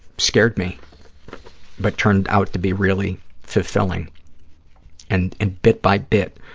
scared me but turned out to be really fulfilling and, and bit by bit,